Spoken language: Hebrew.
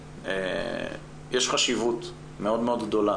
יש חשיבות מאוד מאוד גדולה